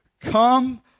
come